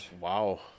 Wow